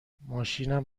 ماشینم